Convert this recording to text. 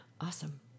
awesome